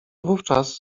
wówczas